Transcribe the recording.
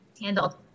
handled